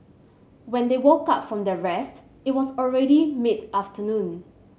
when they woke up from their rest it was already mid afternoon